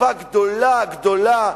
קופה גדולה גדולה,